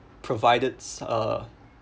provided us uh